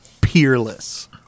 peerless